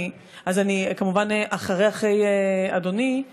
אז אני כמובן אחרה אחרי אדוני.